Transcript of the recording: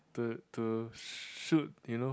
the the shoot you know